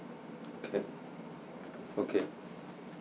can okay